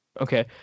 okay